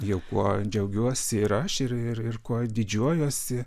jau kuo džiaugiuosi ir aš ir ir kuo didžiuojuosi